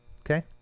okay